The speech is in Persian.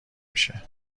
میشه